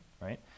right